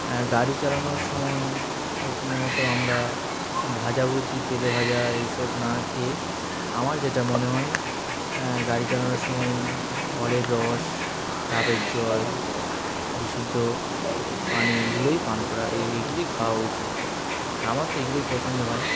গাড়ি চালানোর সময় প্রথমত আমরা ভাজা ভুজি তেলে ভাজা এইসব না খেয়ে আমার যেটা মনে হয় গাড়ি চালানোর সময় ফলের রস ডাবের জল বিশুদ্ধ পানি এগুলোই পান করা এগুলোই খাওয়া উচিত আর আমার তো এগুলোই পছন্দ হয়